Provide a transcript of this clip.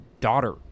daughter